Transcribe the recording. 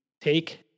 take